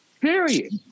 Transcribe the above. Period